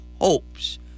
hopes